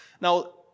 Now